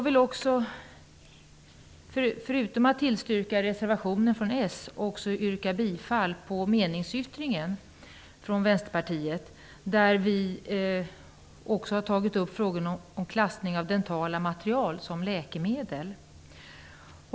Utom reservationen från socialdemokraterna vill jag yrka bifall till meningsyttringen från Vänsterpartiet. Vi har där också tagit upp frågan om klassning av dentala material som läkemedel.